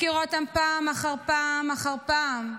הפקירה אותם פעם אחר פעם אחר פעם.